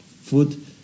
food